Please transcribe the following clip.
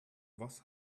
was